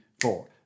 four